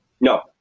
No